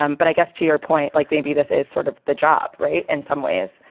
um but i guess to your point, like maybe this is sort of the job, right? in some ways,